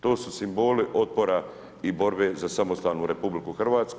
To su simboli otpora i borbe za samostalnu RH.